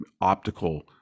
optical